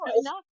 enough